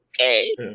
Okay